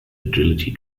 agility